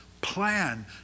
plan